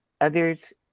others